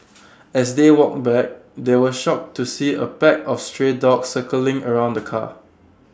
as they walked back they were shocked to see A pack of stray dogs circling around the car